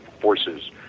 forces